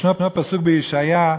ישנו פסוק בישעיה: